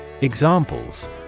Examples